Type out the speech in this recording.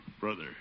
brother